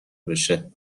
بشه